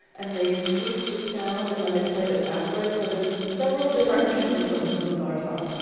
and they tweak the sound and then they played it backwards. so there's several different pieces of this bizarre song.